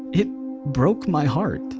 it broke my heart